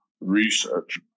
research